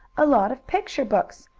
a lot of picture books!